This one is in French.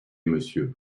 monsieur